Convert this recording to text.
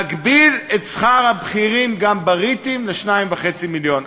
נגביל את שכר הבכירים גם בריטים ל-2.5 מיליון.